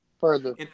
further